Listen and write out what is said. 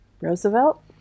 Roosevelt